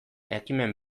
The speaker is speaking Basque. ekimen